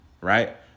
right